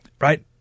Right